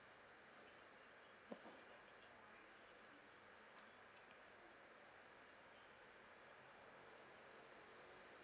mm